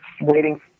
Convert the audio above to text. waiting